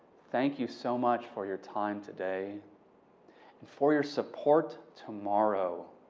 thank you so much for your time today and for your support tomorrow.